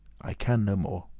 i can no more,